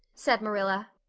said marilla.